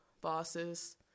bosses